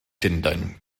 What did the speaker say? llundain